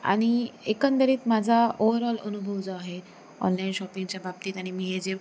आणि एकंदरीत माझा ओव्हरऑल अनुभव जो आहे ऑनलाईन शॉपिंगच्या बाबतीत आणि मी हे जे